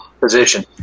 position